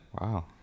Wow